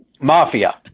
mafia